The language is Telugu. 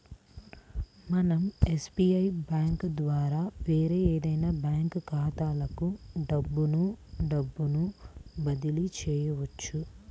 మనం ఎస్బీఐ బ్యేంకు ద్వారా వేరే ఏదైనా బ్యాంక్ ఖాతాలకు డబ్బును డబ్బును బదిలీ చెయ్యొచ్చు